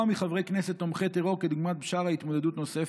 מחברי כנסת תומכי טרור כדוגמת בשארה התמודדות נוספת,